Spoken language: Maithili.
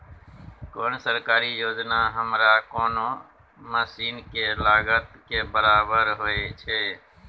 कोन सरकारी योजना हमरा कोनो मसीन के लागत के बराबर होय छै?